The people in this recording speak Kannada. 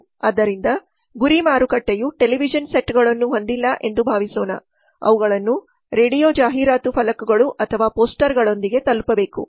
ಆದ್ದರಿಂದ ಗುರಿ ಮಾರುಕಟ್ಟೆಯು ಟೆಲಿವಿಷನ್ ಸೆಟ್ಗಳನ್ನು ಹೊಂದಿಲ್ಲ ಎಂದು ಭಾವಿಸೋಣ ಅವುಗಳನ್ನು ರೇಡಿಯೋ ಜಾಹೀರಾತು ಫಲಕಗಳು ಅಥವಾ ಪೋಸ್ಟರ್ಗಳೊಂದಿಗೆ ತಲುಪಬೇಕು